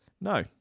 no